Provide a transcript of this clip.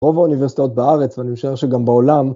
רוב האוניברסיטאות בארץ, ואני משער שגם בעולם...